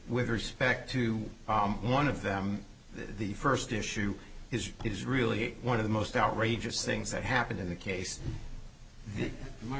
with respect to one of them the first issue is it is really one of the most outrageous things that happened in the case